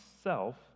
self